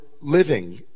living